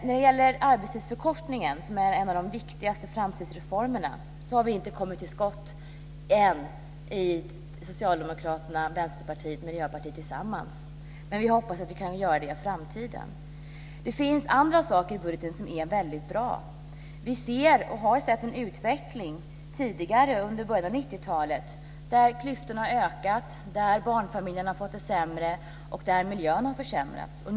När det gäller arbetstidsförkortningen, som är en av de viktigaste framtidsreformerna, har vi i Socialdemokraterna, Vänsterpartiet och Miljöpartiet inte kommit till skott än tillsammans, men vi hoppas att vi kan göra det i framtiden. Det finns andra saker i budgeten som är väldigt bra. Vi har sett en utveckling sedan början av 90-talet där klyftorna ökat, där barnfamiljerna fått det sämre och där miljön har försämrats.